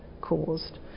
caused